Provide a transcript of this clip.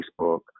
Facebook